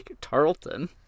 Tarleton